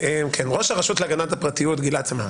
כן סליחה, ראש הרשות להגנת הפרטיות גלעד סממה.